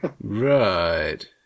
right